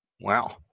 Wow